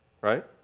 Right